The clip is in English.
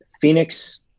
Phoenix